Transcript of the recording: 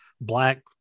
black